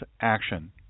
action